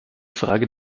frage